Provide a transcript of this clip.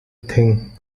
thing